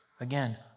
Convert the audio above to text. Again